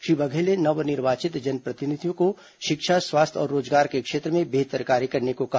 श्री बघेल ने नव निर्वाचित जनप्रतिनिधियों को शिक्षा स्वास्थ्य और रोजगार के क्षेत्र में बेहतर कार्य करने को कहा